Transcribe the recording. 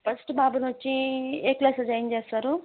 first బాబుని వచ్చి ఏ క్లాస్లో జాయిన్ చేస్తారు